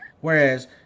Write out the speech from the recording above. Whereas